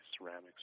ceramics